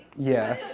yeah.